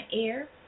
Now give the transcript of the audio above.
air